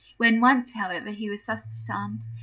when once, however, he was thus disarmed,